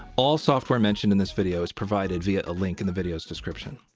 all software mentioned in this video is provided via a link in the video's description.